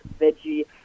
veggie